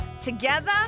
together